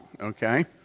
okay